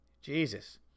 Jesus